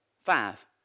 Five